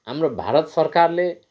हाम्रो भारत सरकारले